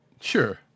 Sure